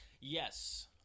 Yes